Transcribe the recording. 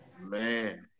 man